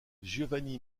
giovanni